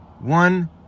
one